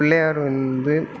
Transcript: பிள்ளையார் வந்து